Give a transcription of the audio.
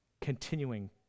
continuing